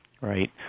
right